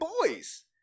boys